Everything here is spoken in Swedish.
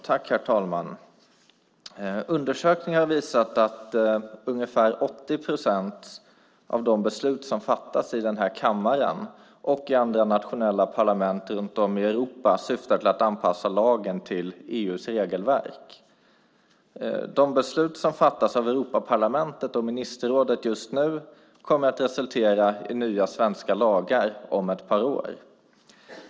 Herr talman! Undersökningar har visat att ungefär 80 procent av de beslut som fattas i den här kammaren och i andra nationella parlament runt om i Europa syftar till att anpassa lagen till EU:s regelverk. De beslut som fattas av Europaparlamentet och ministerrådet just nu kommer att resultera i nya svenska lagar om ett par år.